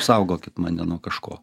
saugokit mane nuo kažko